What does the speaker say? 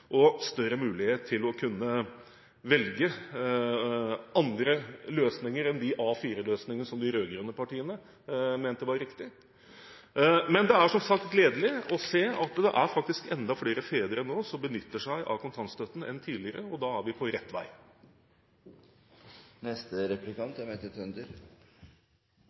og større mulighet til å kunne velge andre løsninger enn A4-løsningene som de rød-grønne partiene mente var riktig. Men det er som sagt gledelig å se at det faktisk er enda flere fedre som nå benytter seg av kontantstøtten enn tidligere, og da er vi på rett vei.